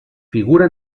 figura